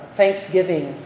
thanksgiving